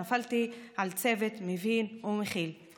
נפלתי על צוות מבין ומכיל,